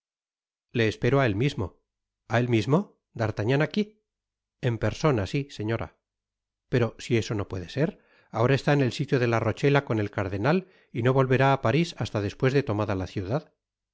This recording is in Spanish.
le espero á él mismo a él mismo d'artagnan aqui en persona si señora pero si eso no puede ser ahora eslá en el sitio de la rochela con el cardenal y no volverá á paris hasta despues de tomada la ciudad